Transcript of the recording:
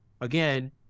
again